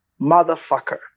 motherfucker